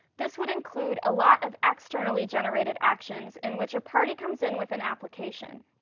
this would include a lot of externally generated actions in which a party comes in with an application.